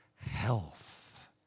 health